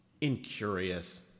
incurious